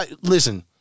Listen